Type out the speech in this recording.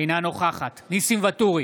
אינה נוכחת ניסים ואטורי,